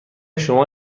شما